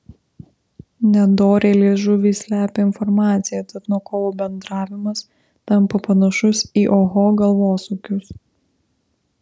nedorėlės žuvys slepia informaciją tad nuo kovo bendravimas tampa panašus į oho galvosūkius